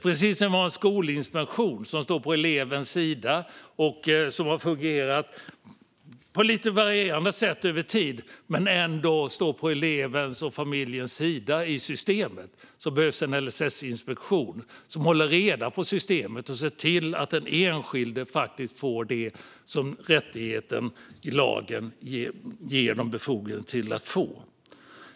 Precis som vi har en skolinspektion, som har fungerat på lite varierande sätt över tid men ändå står på elevens och familjens sida i systemet, behövs en LSS-inspektion som håller reda på systemet och ser till att den enskilde faktiskt får det som lagen ger den enskilde rätt att få.